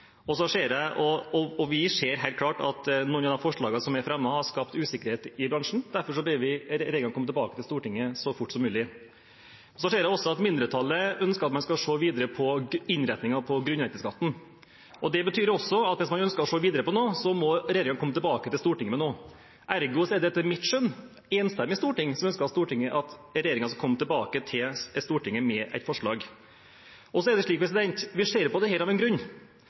Vi ser helt klart at mange av de forslagene som er fremmet, har skapt usikkerhet i bransjen. Derfor ber vi regjeringen komme tilbake til Stortinget så fort som mulig. Jeg ser også at mindretallet ønsker at man skal se videre på innretningen av grunnrenteskatten. Det betyr at hvis man skal se videre på noe, må regjeringen komme tilbake til Stortinget med noe. Ergo er det etter mitt skjønn et enstemmig storting som ønsker at regjeringen skal komme tilbake til Stortinget med et forslag. Så er det slik at vi ser på dette av en grunn.